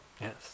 Yes